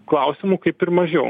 klausimų kaip ir mažiau